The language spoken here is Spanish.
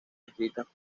escritas